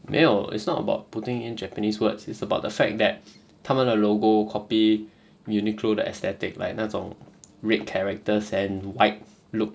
没有 it's not about putting in japanese words it's about the fact that 他们的 logo copy uniqlo 的 aesthetic like 那种 red characters and white look